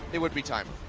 it would be taimou.